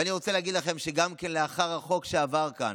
ואני רוצה להגיד לכם שגם לאחר החוק שעבר כאן,